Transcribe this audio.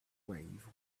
wave